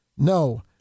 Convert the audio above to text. No